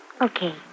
Okay